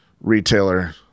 retailer